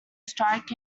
strike